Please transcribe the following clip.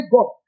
God